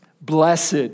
Blessed